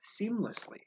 seamlessly